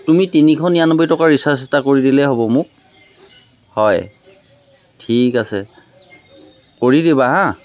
তুমি তিনিশ নিৰান্নবৈ টকা ৰিচাৰ্জ এটা কৰি দিলেই হ'ব মোক হয় ঠিক আছে কৰি দিবা হা